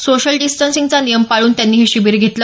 social डिस्टसिंगचा नियम पाळून त्यांनी हे शिबिर घेतलं